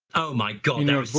oh my god